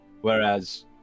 whereas